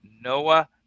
Noah